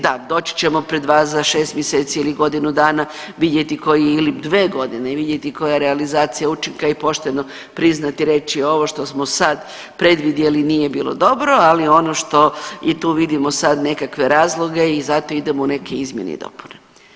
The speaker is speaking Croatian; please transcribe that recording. Da doći ćemo pred vas za 6 mjeseci ili godinu dana, vidjeti koji ili 2 godine i vidjeti koja je realizacija učinka i pošteno priznati i reći ovo što smo sada predvidjeli nije bilo dobro, ali ono što i tu vidimo sada nekakve razloge i zato idemo u neke izmjene i dopune.